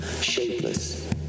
shapeless